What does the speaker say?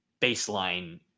baseline